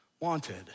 wanted